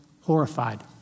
horrified